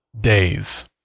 days